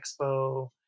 expo